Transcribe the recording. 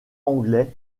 anglais